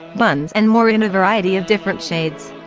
buns and more in a variety of different shades.